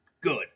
good